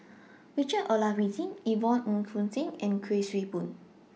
Richard Olaf Winstedt Yvonne Ng Uhde and Kuik Swee Boon